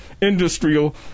industrial